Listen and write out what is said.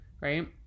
Right